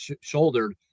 shouldered